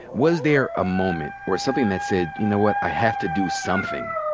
was there a moment or something that said, you know what? i have to do something?